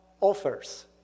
offers